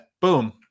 Boom